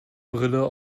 brille